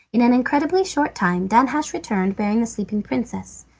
in an incredibly short time danhasch returned, bearing the sleeping princess.